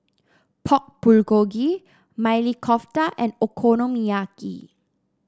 Pork Bulgogi Maili Kofta and Okonomiyaki